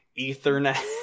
Ethernet